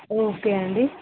okay అండి